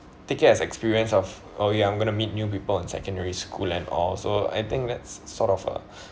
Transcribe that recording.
take it as experience of oh ya I'm gonna meet new people in secondary school and also I think that's sort of a